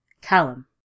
Callum